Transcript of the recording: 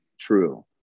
true